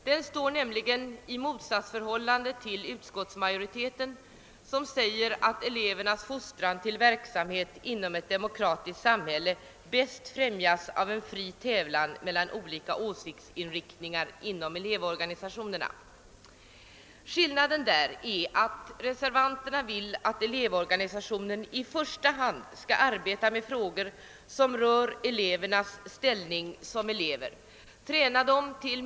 Den står nämligen i motsatsförhållande till utskottsmajoritetens text, där det sägs att >elevernas fostran till verksamhet inom ett demokratiskt samhälle bäst främjas av en fri tävlan mellan olika Åsiktsriktningar inom elevorganisationerna». ;.. Skillnaden är att reservanterna vill "att : elevorganisationen i första hand :skall arbeta med frågor som rör elevernas ställning som elever, träna dem till.